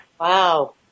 Wow